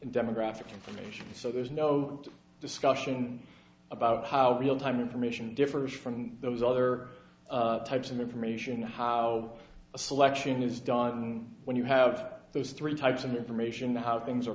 information so there's no discussion about how real time information differs from those other types of information how a selection is done when you have those three types of information how things are